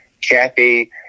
Kathy